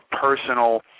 personal